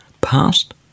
past